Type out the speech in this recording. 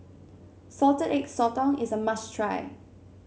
Salted Egg Sotong is a must try